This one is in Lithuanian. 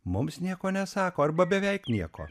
mums nieko nesako arba beveik nieko